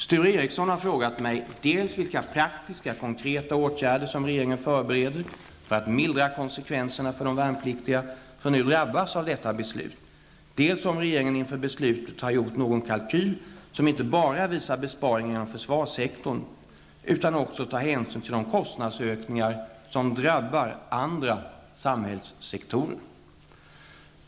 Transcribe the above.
Sture Ericson har frågat mig dels vilka praktiska, konkreta åtgärder som regeringen förbereder för att mildra konsekvenserna för de värnpliktiga som nu drabbas av detta beslut, dels om regeringen inför beslutet har gjort någon kalkyl som inte bara visar besparingar inom försvarssektorn utan också tar hänsyn till de kostnadsökningar som drabbar andra samhällssektorer.